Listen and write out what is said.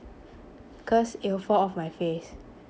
cause it will fall off my face